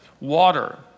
water